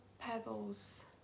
pebbles